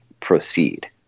proceed